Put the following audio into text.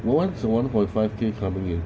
but when's the one point five K coming in